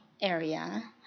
area